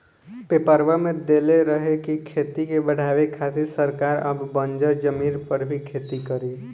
पेपरवा में देले रहे की खेती के बढ़ावे खातिर सरकार अब बंजर जमीन पर भी खेती करी